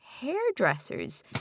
hairdressers